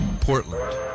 Portland